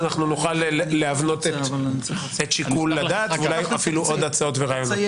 כדי שנוכל להבנות את שיקול הדעת ואולי אפילו עוד הצעות ורעיונות.